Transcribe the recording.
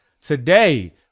today